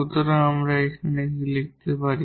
সুতরাং আমরা এখন কি লিখতে পারি